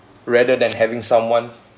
rather than having someone